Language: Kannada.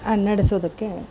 ನಡೆಸೋದಕ್ಕೆ